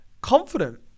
confident